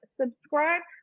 subscribe